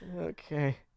Okay